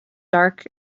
dark